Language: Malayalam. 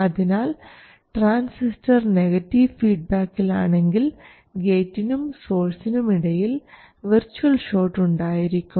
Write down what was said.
അതിനാൽ ട്രാൻസിസ്റ്റർ നെഗറ്റീവ് ഫീഡ്ബാക്കിൽ ആണെങ്കിൽ ഗേറ്റിനും സോഴ്സിനും ഇടയിൽ വിർച്വൽ ഷോട്ട് ഉണ്ടായിരിക്കും